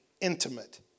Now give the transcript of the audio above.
intimate